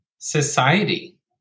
society